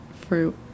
fruit